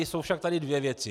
Jsou však tady dvě věci.